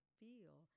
feel